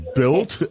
built